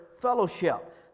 fellowship